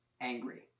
angry